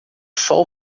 sol